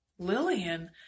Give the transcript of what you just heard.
Lillian